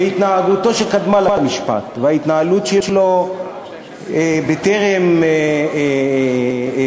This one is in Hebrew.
התנהגותו שקדמה למשפט וההתנהלות שלו בטרם הוחלט